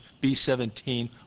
B-17